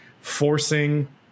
forcing